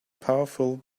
powerful